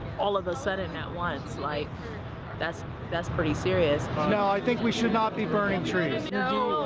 all of a sudden at once, like that's that's pretty serious. no, i think we should not be burning trees. no,